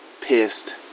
pissed